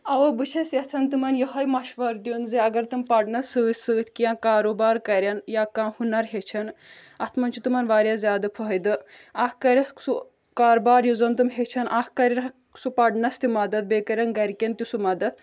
اَوا بہٕ چھس یَژھان تِمَن یوٚہَے مشوَر دیٚن زِ اَگر تِم پَرنَس سۭتۍ سۭتۍ کینٛہہ کاروبار کَران یا کانٛہہ ہُنَر ہیٚچھان اَتھ منٛز چھُ تِمَن واریاہ زیادٕ فٲیِدٕ اَکھ کَرٮ۪کھ سُہ کاربار یُس زَن تِم ہیٚچھَن اَکھ کرٮ۪کھ سُہ پرنَس تہِ مَدد بیٚیہِ کَرَن گَرِکٮ۪ن تہِ سُہ مَدد